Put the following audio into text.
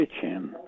kitchen